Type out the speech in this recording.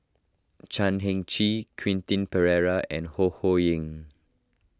Chan Heng Chee Quentin Pereira and Ho Ho Ying